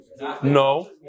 No